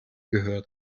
gehört